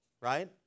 right